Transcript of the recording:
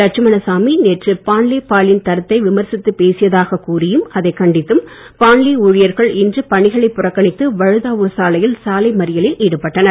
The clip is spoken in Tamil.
லட்சுமணசாமி நேற்று பாண்லே பாலின் தாத்தை விமர்சித்துப் பேசியதாகக் கூறியும் அதைக் கண்டித்தும் பாண்லே ஊழியர்கள் இன்று பணிகளைப் புறக்கணித்து வழுதாவூர் சாலையில் சாலை மறியலில் ஈடுபட்டனர்